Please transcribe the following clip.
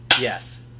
yes